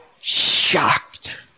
shocked